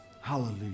hallelujah